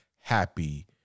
happy